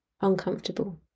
uncomfortable